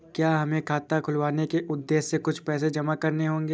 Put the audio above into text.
क्या हमें खाता खुलवाने के उद्देश्य से कुछ पैसे जमा करने होंगे?